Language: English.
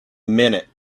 minute